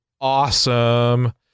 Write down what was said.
awesome